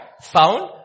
found